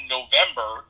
November